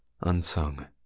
unsung